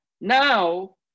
Now